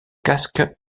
casque